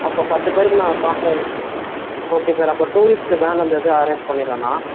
அப்போ பத்து பேருக்கு நான் சாப்பாடு ஓகே சார் அப்போ டூரிஸ்ட்டு வேன் அந்த இது அரேஞ்ச் பண்ணிவிட்றேன் நான்